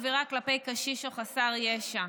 עבירה כלפי קשיש או חסר ישע),